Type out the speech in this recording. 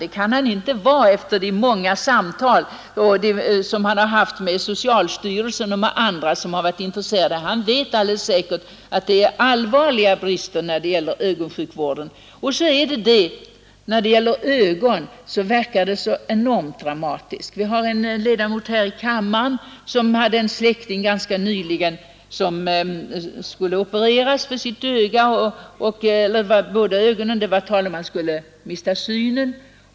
Det kan han inte vara efter de många samtal han haft med socialstyrelsen och med andra intresserade. Han vet att det är allvarliga brister inom ögonsjukvården. När det gäller ögonen är det också särskilt dramatiskt. Helt nyligen hade en ledamot här i kammaren en släkting, som skulle genomgå en ögonoperation. Det var fråga om att han skulle mista synen.